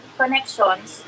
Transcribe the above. connections